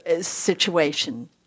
situation